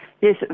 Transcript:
Yes